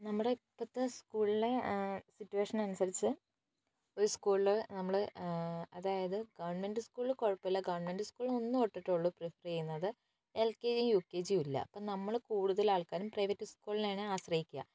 നമ്മുടെ ഇപ്പോഴത്തെ സ്കൂളിലെ സിറ്റുവേഷൻ അനുസരിച്ച് ഒരു സ്കൂളിൽ നമ്മൾ അതായത് ഗവൺമെന്റ് സ്കൂളിൽ കുഴപ്പമില്ല ഗവൺമെൻ്റ് സ്കൂളിൽ ഒന്ന് തൊട്ടിട്ടെ ഉള്ളു പ്രിഫെർ ചെയുന്നത് L K G U K ജിയും ഇല്ല അപ്പോൾ നമ്മൾ കൂടുതലാൾക്കാരും പ്രൈവറ്റ് സ്കൂളിനെയാണ് ആശ്രയിക്കുക